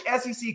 SEC